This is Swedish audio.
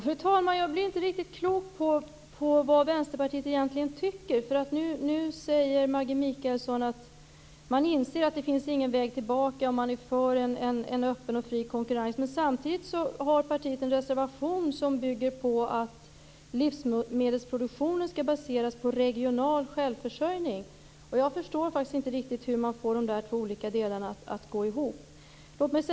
Fru talman! Jag blir inte riktigt klok på vad Vänsterpartiet egentligen tycker. Nu säger Maggi Mikaelsson att man inser att det inte finns någon väg tillbaka och att man är för en öppen och fri konkurrens. Samtidigt har partiet en reservation som bygger på att livsmedelsproduktionen skall baseras på regional självförsörjning. Jag förstår faktiskt inte hur man får dessa två olika delar att gå ihop.